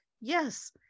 yes